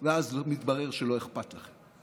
ואז מתברר שלא אכפת לכם.